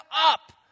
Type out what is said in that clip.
up